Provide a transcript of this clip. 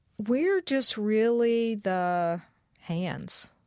we're just really the hands